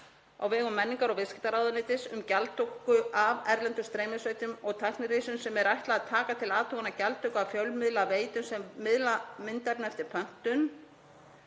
á vegum menningar- og viðskiptaráðuneytis um gjaldtöku af erlendum streymisveitum og tæknirisum sem er ætlað að taka til athugunar gjaldtöku af fjölmiðlaveitum sem miðla myndefni eftir pöntun,